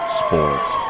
sports